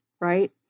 right